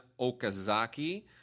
Okazaki